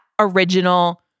Original